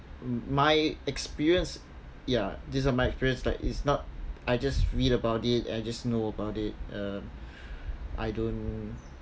my experience ya these are my experience like it's not I just read about it and just know about it um I don't